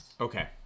Okay